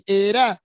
era